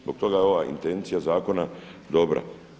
Zbog toga je ova intencija zakona dobra.